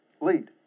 lead